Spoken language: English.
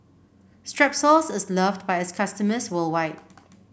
Strepsils is loved by its customers worldwide